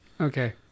Okay